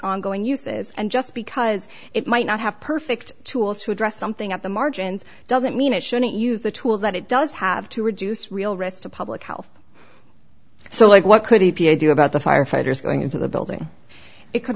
ongoing uses and just because it might not have perfect tools to address something at the margins doesn't mean it shouldn't use the tools that it does have to reduce real risk to public health so like what could it be idea about the firefighters going into the building it could